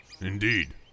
Indeed